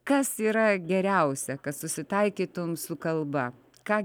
kas yra geriausia kad susitaikytum su kalba ką